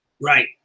Right